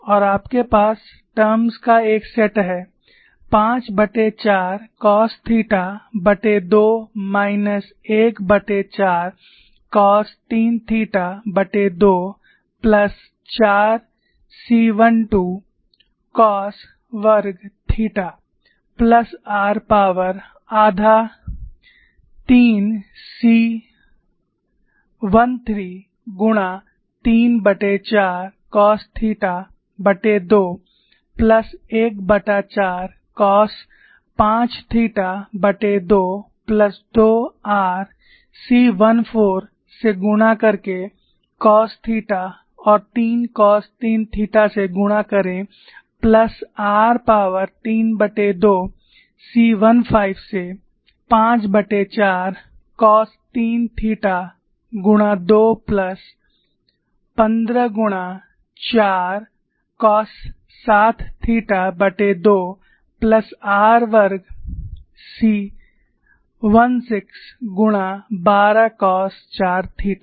और आपके पास टर्म्स का एक सेट है 54 cos theta minus 14 cos 3 theta plus 4 c12 cos वर्ग थीटा प्लस r पॉवर आधा 3 c13 गुणा 34 cos theta plus 14 cos 5 theta plus 2 r c14 से गुणा करके कॉस थीटा और 3 कॉस 3 थीटा से गुणा करें प्लस r पावर 32 c15 से 54 कॉस 3 थीटा गुणा 2 प्लस 15 गुणा 4 कॉस 7 थीटा2 प्लस r वर्ग c16 गुणा 12 कॉस 4 थीटा